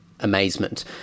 amazement